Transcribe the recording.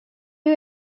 you